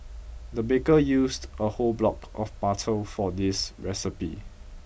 the baker used a whole block of butter for this recipe